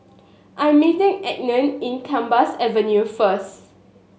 I am meeting Enid in Gambas Avenue first